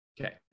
Okay